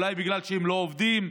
אולי בגלל שהם לא עובדים,